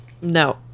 No